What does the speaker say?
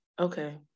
Okay